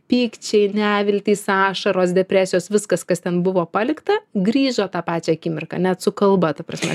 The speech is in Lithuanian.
pykčiai neviltys ašaros depresijos viskas kas ten buvo palikta grįžo tą pačią akimirką net su kalba ta prasme